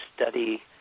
study